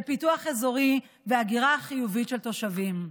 של פיתוח אזורי והגירה חיובית של תושבים.